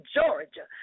Georgia